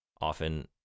Often